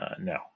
No